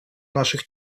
наших